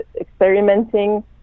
experimenting